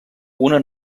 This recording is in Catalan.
una